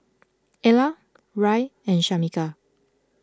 Ellar Rahn and Shamika